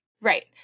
Right